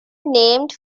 named